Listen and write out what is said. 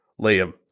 Liam